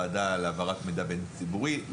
להגדיר בין גורמי המחשוב איזה נתונים צריך.